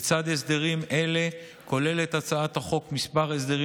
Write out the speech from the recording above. לצד הסדרים אלה כוללת הצעת החוק כמה הסדרים